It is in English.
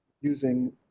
using